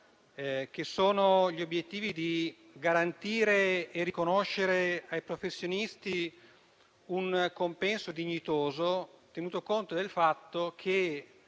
disegno di legge, ossia garantire e riconoscere ai professionisti un compenso dignitoso, tenuto conto del fatto che,